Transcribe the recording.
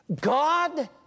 God